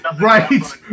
Right